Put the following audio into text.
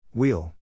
Wheel